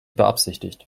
beabsichtigt